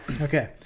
Okay